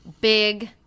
big